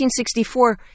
1964